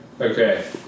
Okay